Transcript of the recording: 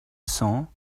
cents